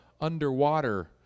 underwater